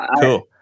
cool